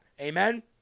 Amen